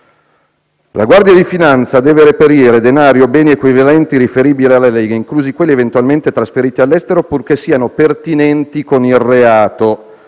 «La Guardia di finanza deve reperire denari o beni equivalenti riferibili alla Lega, inclusi quelli eventualmente trasferiti all'estero, purché siano pertinenti con il reato.